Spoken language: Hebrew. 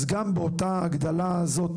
אז גם באותה ההגדלה הזאת,